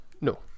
No